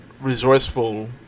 resourceful